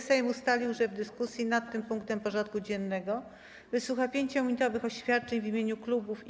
Sejm ustalił, że w dyskusji nad tym punktem porządku dziennego wysłucha 5-minutowych oświadczeń w imieniu klubów i kół.